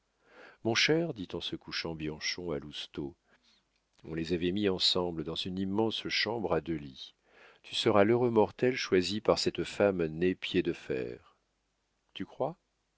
mon cher dit en se couchant bianchon à lousteau on les avait mis ensemble dans une immense chambre à deux lits tu seras l'heureux mortel choisi par cette femme née piédefer tu crois